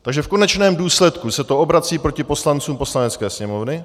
Takže v konečném důsledku se to obrací proti poslancům Poslanecké sněmovny.